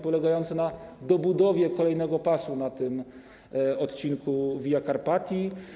polegający na dobudowie kolejnego pasa na tym odcinku Via Carpatii.